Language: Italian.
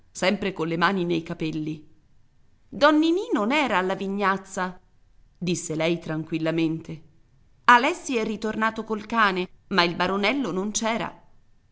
sempre colle mani nei capelli don ninì non era alla vignazza disse lei tranquillamente alessi è ritornato col cane ma il baronello non